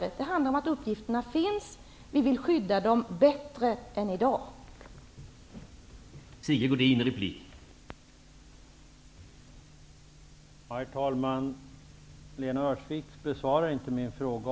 I stället handlar det om att vi vill skydda de uppgifter som redan finns på ett bättre sätt än som i dag är fallet.